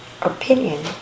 opinion